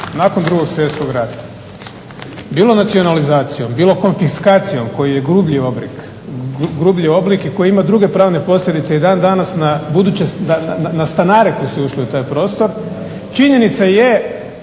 nakon 2. svjetskog rata bilo nacionalizacijom bilo konfiskacijom koji je grublji oblik i koji ima druge pravne posljedice i dan danas na stanare koji su ušli u taj prostor. Činjenica je